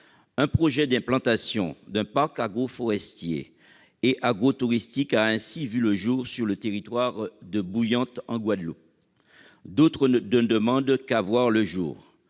Un projet d'implantation d'un parc agroforestier et agrotouristique a ainsi vu le jour sur le territoire de Bouillante, en Guadeloupe. D'autres ne demandent qu'à émerger.